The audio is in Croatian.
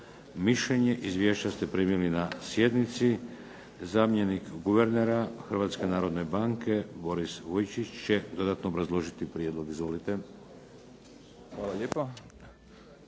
mišljenje. Izvješća ste primili na sjednici. Zamjenik guvernera Hrvatske narodne banke, Boris Vujčić će dodatno obrazložiti prijedlog. Izvolite.